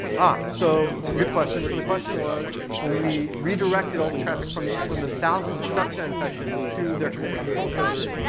ah so, good question. so the question was, when we redirected all the traffic from from thousands of stuxnet infections to their command and control servers,